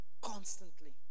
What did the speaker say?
constantly